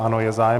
Ano, je zájem.